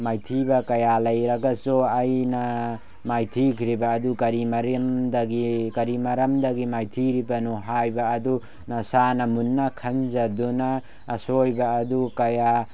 ꯃꯥꯏꯊꯤꯕ ꯀꯌꯥ ꯂꯩꯔꯒꯁꯨ ꯑꯩꯅ ꯃꯥꯏꯊꯤꯈ꯭ꯔꯤꯕ ꯑꯗꯨ ꯀꯔꯤ ꯃꯔꯝꯗꯒꯤ ꯃꯥꯏꯊꯤꯔꯤꯕꯅꯣ ꯍꯥꯏꯕ ꯑꯗꯨ ꯅꯁꯥꯅ ꯃꯨꯟꯅ ꯈꯟꯖꯗꯨꯅ ꯑꯁꯣꯏꯕ ꯑꯗꯨ ꯀꯌꯥ